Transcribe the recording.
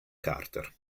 carter